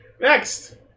Next